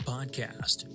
Podcast